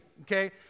okay